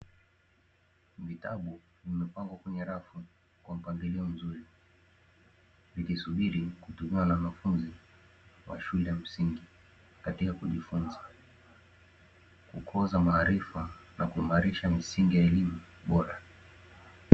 Vitabu vimepangwa kwenye rafu kwa mpangilio mzuri, vikisubiri kutumiwa na wanafunzi wa shule ya msingi; katika kujifunza, kukuza maarifa na kuimarisha misingi ya elimu bora.